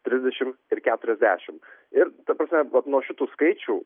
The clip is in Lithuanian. trisdešim ir keturiasdešim ir ta prasme vat nuo šitų skaičių